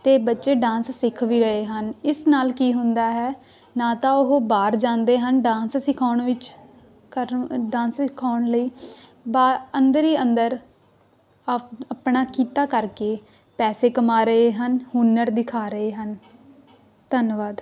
ਅਤੇ ਬੱਚੇ ਡਾਂਸ ਸਿੱਖ ਵੀ ਰਹੇ ਹਨ ਇਸ ਨਾਲ ਕੀ ਹੁੰਦਾ ਹੈ ਨਾ ਤਾਂ ਉਹ ਬਾਹਰ ਜਾਂਦੇ ਹਨ ਡਾਂਸ ਸਿਖਾਉਣ ਵਿੱਚ ਕਰਨ ਡਾਂਸ ਸਿਖਾਉਣ ਲਈ ਬਾ ਅੰਦਰ ਹੀ ਅੰਦਰ ਆਪ ਆਪਣਾ ਕੀਤਾ ਕਰਕੇ ਪੈਸੇ ਕਮਾ ਰਹੇ ਹਨ ਹੁਨਰ ਦਿਖਾ ਰਹੇ ਹਨ ਧੰਨਵਾਦ